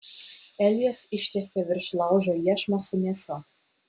elijas ištiesia virš laužo iešmą su mėsa